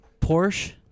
Porsche